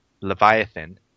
Leviathan